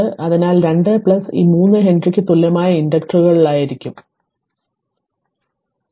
അതിനാൽ 2 പ്ലസ് ഈ 3 5 ഹെൻറിക്ക് തുല്യമായ ഇൻഡക്ടറുകളായിരിക്കും അതിനാൽ ഞാൻ അത് മായ്ക്കട്ടെ